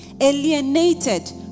alienated